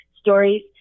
stories